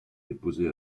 déposés